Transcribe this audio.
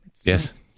Yes